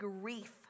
grief